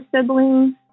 siblings